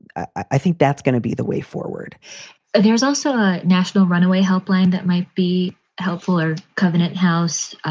i think that's gonna be the way forward there's also a national runaway helpline that might be helpful or covenant house.